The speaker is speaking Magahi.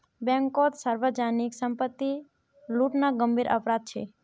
बैंककोत सार्वजनीक संपत्ति लूटना गंभीर अपराध छे